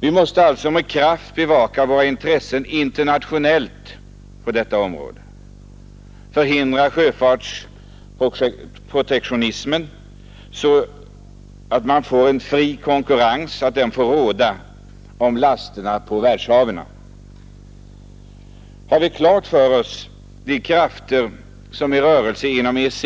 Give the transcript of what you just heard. Vi måste alltså med kraft bevaka våra intressen internationellt på detta område och förhindra sjöfartsprotektionismen, så att en fri konkurrens får råda om lasterna på världshaven. Har vi klart för oss de krafter som är i rörelse inom EEC